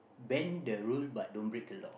bend the rule but don't break the law